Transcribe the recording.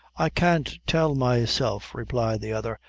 i can't tell myself, replied the other,